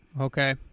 okay